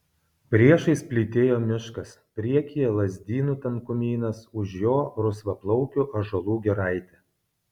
priešais plytėjo miškas priekyje lazdynų tankumynas už jo rusvaplaukių ąžuolų giraitė